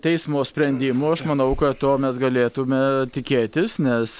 teismo sprendimu aš manau kad to mes galėtumėme tikėtis nes